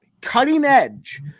cutting-edge